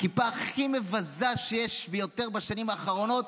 הכיפה הכי מבזה שיש בשנים האחרונות.